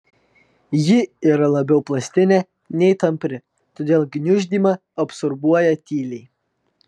ji yra labiau plastinė nei tampri todėl gniuždymą absorbuoja tyliai